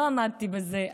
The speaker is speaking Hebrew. לא עמדתי בזה.